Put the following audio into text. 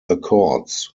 accords